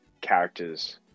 characters